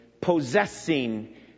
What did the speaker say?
possessing